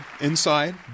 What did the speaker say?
inside